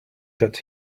that